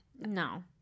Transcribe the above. No